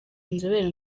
inzobere